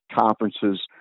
conferences